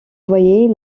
voyait